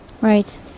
Right